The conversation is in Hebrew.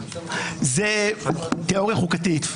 הוא תיאוריה חוקתית.